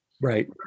Right